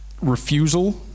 refusal